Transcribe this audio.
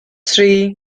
tri